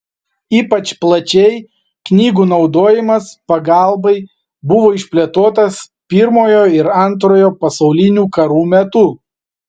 ypač plačiai knygų naudojimas pagalbai buvo išplėtotas pirmojo ir antrojo pasaulinių karų metu